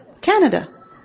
Canada